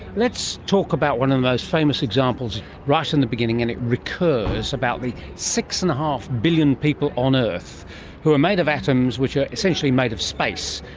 let's talk about one of the most famous examples right in the beginning and it recurs, about the six. and five billion people on earth who are made of atoms which are essentially made of space,